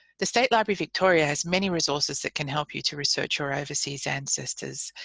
the state library victoria has many resources that can help you to research your overseas ancestors,